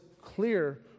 clear